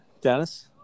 Dennis